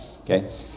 okay